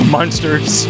Monsters